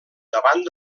davant